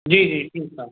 जी जी ठीकु आहे